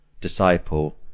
disciple